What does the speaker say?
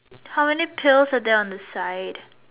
how many pillows are there on the side